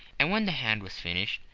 and when the hand was finished,